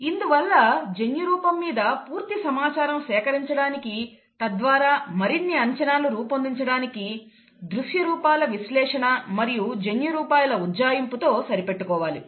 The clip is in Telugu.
ఇందువల్ల జన్యు రూపం మీద పూర్తి సమాచారం సేకరించడానికి తద్వారా మరిన్ని అంచనాలు రూపొందించడానికి దృశ్యరూపాల విశ్లేషణ మరియు జన్యురూపాల ఉజ్జాయింపు తో సరిపెట్టుకోవాలి